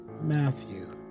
Matthew